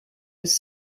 was